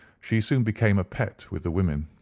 she soon became a pet with the women,